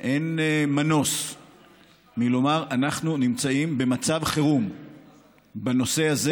אין מנוס מלומר שאנחנו נמצאים במצב חירום בנושא הזה